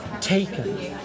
taken